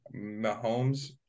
Mahomes